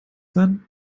then